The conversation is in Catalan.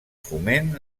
foment